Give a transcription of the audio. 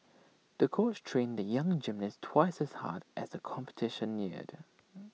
the coach trained the young gymnast twice as hard as the competition neared